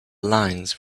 lines